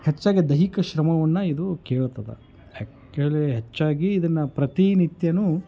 ಹೆಚ್ಚಾಗಿ ದೈಹಿಕ ಶ್ರಮವನ್ನು ಇದು ಕೇಳತದೆ ಯಾಕ್ಚಲಿ ಹೆಚ್ಚಾಗಿ ಇದನ್ನು ಪ್ರತಿ ನಿತ್ಯವು